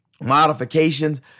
modifications